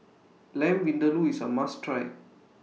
Lamb Vindaloo IS A must Try